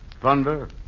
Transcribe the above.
Thunder